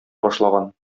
башлаган